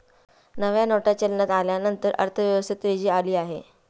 नव्या नोटा चलनात आल्यानंतर अर्थव्यवस्थेत तेजी आली आहे